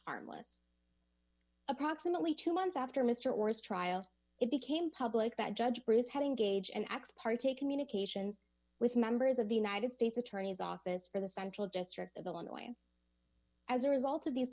harmless approximately two months after mr oras trial it became public that judge brinn is having gage an ex parte communications with members of the united states attorney's office for the central district of illinois as a result of these